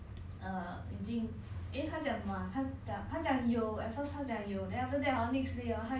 then 我就讲不要 lor 不要 then 我就讲 then 我就问 err bukit batok 有没有 then 他就讲